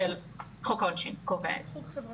חוק העונשין קובע את זה.